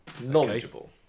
Knowledgeable